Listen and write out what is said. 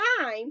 time